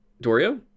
dorio